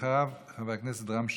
אחריו חבר הכנסת רם שפע.